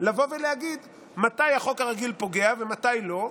לבוא ולהגיד מתי החוק הרגיל פוגע ומתי לא,